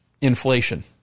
inflation